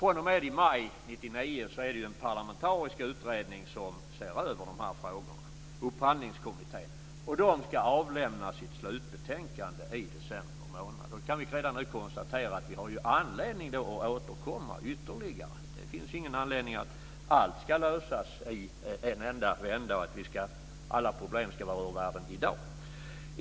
fr.o.m. maj 1999 ser en parlamentarisk utredning, Upphandlingskommittén, över dessa frågor. Den ska avlämna sitt slutbetänkande i december månad. Vi kan konstatera att vi då har anledning att återkomma till dessa frågor. Alla problem behöver inte lösas i dag.